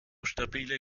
stabile